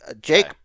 Jake